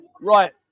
right